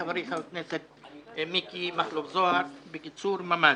חברי חבר הכנסת מיקי מכלוף זוהר בקיצור ממ"ז.